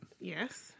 Yes